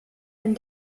and